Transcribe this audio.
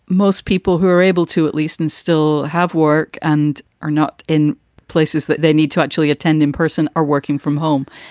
most people who are able to at least and still have work and are not in places that they need to actually attend in person, are working from home.